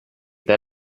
per